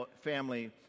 family